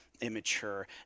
immature